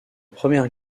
première